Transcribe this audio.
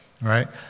right